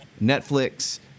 Netflix